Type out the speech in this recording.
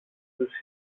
τους